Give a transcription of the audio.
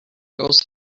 goes